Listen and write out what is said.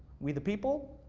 we the people,